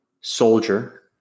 soldier